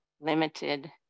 limited